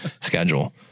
schedule